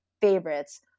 favorites